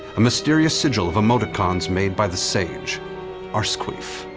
a mysterious sigil of emoticons made by the sage arsequeef,